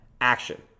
action